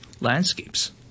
landscapes